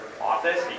office